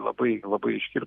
labai labai aiški